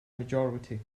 majority